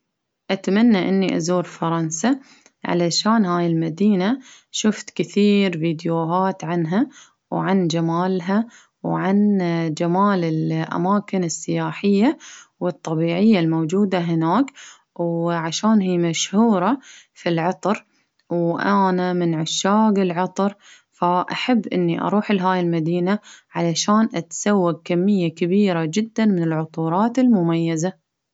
أتمنى إني أزور فرنسا، علشان هاي المدينة شفت كثيير فيديوهات عنها، وعن جمالها وعن جمال الاماكن السياحية والطبيعية الموجودة هناك، وعشان هي مشهورة في العطر، وأنا من عشاق العطر، فأحب إني أروح لهاي المدينة، علشان أتسوق كمية كبيرة جدا من العطورات المميزة.